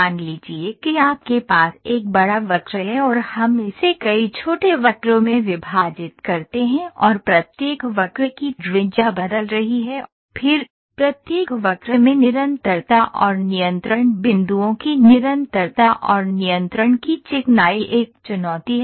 मान लीजिए कि आपके पास एक बड़ा वक्र है और हम इसे कई छोटे वक्रों में विभाजित करते हैं और प्रत्येक वक्र की त्रिज्या बदल रही है फिर प्रत्येक वक्र में निरंतरता और नियंत्रण बिंदुओं की निरंतरता और नियंत्रण की चिकनाई एक चुनौती है